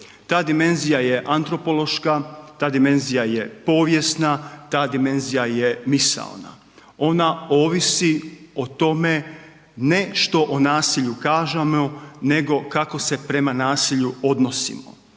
Ta dimenzija je antropološka, ta dimenzija je povijesna, ta dimenzija je misaona. Ona ovisi o tome ne što o nasilju kažemo nego kako se prema nasilju odnosimo.